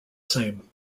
same